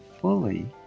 fully